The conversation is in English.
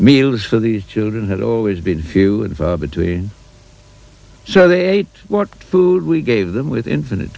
meals for the children had always been few and far between so they want food we gave them with infinite